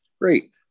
Great